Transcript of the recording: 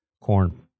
corn